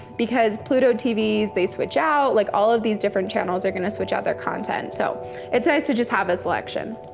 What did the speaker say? because pluto tv's, they switch out. like all of these different channels are gonna switch out their content. so it's nice to just have a selection.